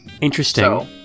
Interesting